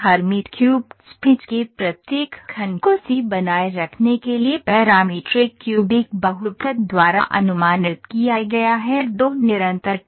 hermit cube spline के प्रत्येक खंड को सी बनाए रखने के लिए पैरामीट्रिक क्यूबिक बहुपद द्वारा अनुमानित किया गया है2 निरंतरता